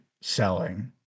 selling